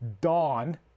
Dawn